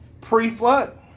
pre-flood